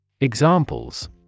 Examples